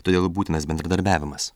todėl būtinas bendradarbiavimas